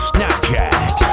Snapchat